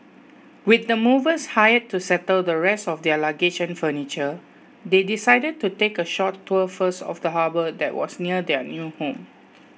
with the movers hired to settle the rest of their luggage and furniture they decided to take a short tour first of the harbour that was near their new home